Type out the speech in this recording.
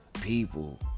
people